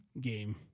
game